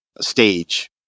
stage